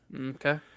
Okay